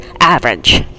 average